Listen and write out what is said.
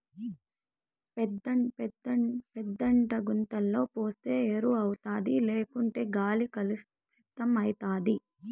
పేడంతా గుంతల పోస్తే ఎరువౌతాది లేకుంటే గాలి కలుసితమైతాది